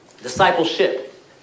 Discipleship